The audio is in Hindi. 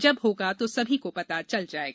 जब होगा तो सभी को पता चल जाएगा